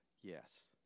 Yes